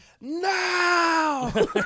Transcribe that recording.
Now